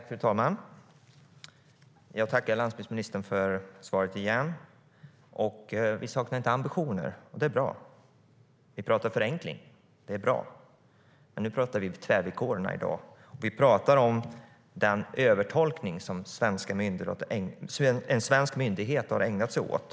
Fru talman! Jag tackar lantbruksministern för detta. Vi saknar inte ambitioner, och det är bra. Vi talar om förenkling, och det är bra. Men i dag talar vi om tvärvillkoren och om den övertolkning som en svensk myndighet har ägnat sig åt.